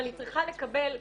אבל היא צריכה לקבל טיפולים,